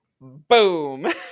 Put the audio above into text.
Boom